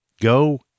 Go